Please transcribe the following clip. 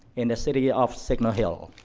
in the city of signal hill.